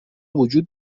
وجود